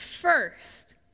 first